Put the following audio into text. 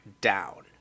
down